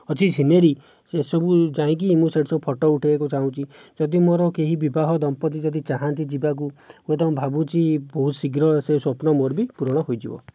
ଅଛି ସିନେରୀ ସେ ସବୁ ଯାଇଁକି ମୁଁ ସେଇଠି ସବୁ ଫଟୋ ଉଠେଇବାକୁ ଚାହୁଁଛି ଯଦି ମୋର କେହି ବିବାହ ଦମ୍ପତି ଯଦି ଚାହାନ୍ତି ଯିବାକୁ ମୁଁ ତେଣୁ ଭାବୁଛି ବହୁତ ଶୀଘ୍ର ସେ ସ୍ୱପ୍ନ ମୋର ବି ପୂରଣ ହୋଇଯିବ